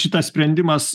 šitas sprendimas